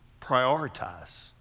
Prioritize